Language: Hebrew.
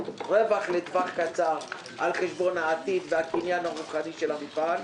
רווח לטווח קצר על חשבון העתיד והקניין הרוחני של המפעל,